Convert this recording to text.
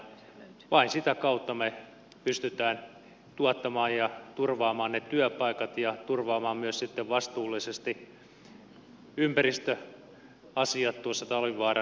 vain sitä kautta me pystymme tuottamaan ja turvaamaan ne työpaikat ja turvaamaan myös sitten vastuullisesti ympäristöasiat talvivaaran ympärillä